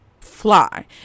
fly